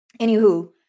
Anywho